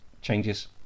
changes